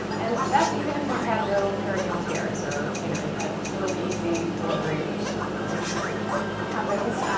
and that's even if you've had no perineal tears or you know you had totally easy delivery, which hopefully happens.